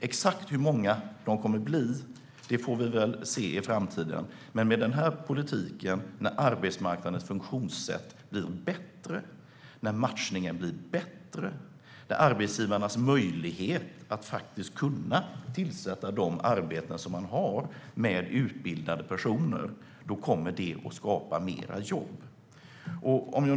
Exakt hur många de kommer att bli får vi se i framtiden, men när arbetsmarknadens funktionssätt blir bättre med hjälp av den här politiken, när matchningen blir bättre, när arbetsgivarna får möjlighet att tillsätta de arbeten de har med utbildade personer, kommer det att skapa mer jobb.